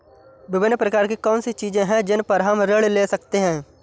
विभिन्न प्रकार की कौन सी चीजें हैं जिन पर हम ऋण ले सकते हैं?